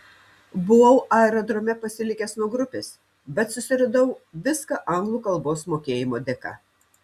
buvau aerodrome pasilikęs nuo grupės bet susiradau viską anglų kalbos mokėjimo dėka